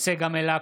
צגה מלקו,